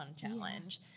challenge